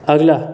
अगला